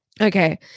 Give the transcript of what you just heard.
Okay